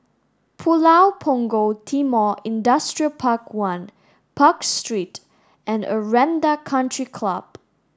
Pulau Punggol Timor Industrial Park one Park Street and Aranda Country Club